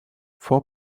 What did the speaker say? four